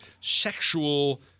sexual